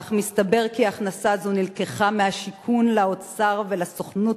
אך מסתבר כי הכנסה זו נלקחה מהשיכון לאוצר ולסוכנות